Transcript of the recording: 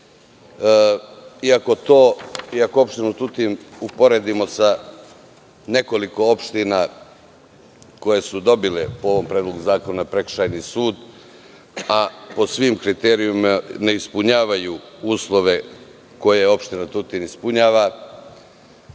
Ako opštinu Tutin uporedimo sa nekoliko opština koje su dobile po Predlogu zakona prekršajni sud, a po svim kriterijumima ne ispunjavaju uslove koje opština Tutin ispunjava,